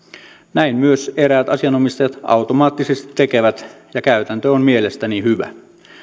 näin myös eräät asianomistajat automaattisesti tekevät ja käytäntö on mielestäni hyvä